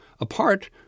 apart